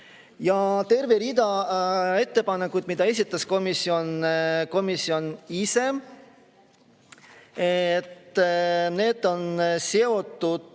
On terve rida ettepanekuid, mille esitas komisjon ise. Need on seotud